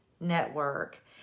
network